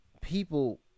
people